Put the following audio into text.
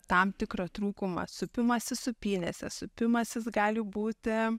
tam tikrą trūkumą supimasis sūpynėse supimasis gali būti